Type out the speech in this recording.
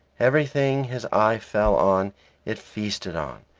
everything his eye fell on it feasted on,